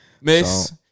Miss